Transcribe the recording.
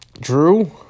Drew